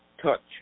Touch